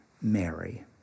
Mary